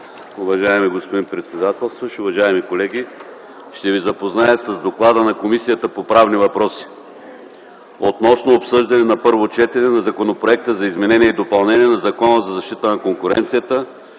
Уважаеми господин председателстващ, уважаеми колеги, ще ви запозная с: „ДОКЛАД на Комисията по правни въпроси относно обсъждане на първо четене на Законопроекта за изменение на Закона за защита на конкуренцията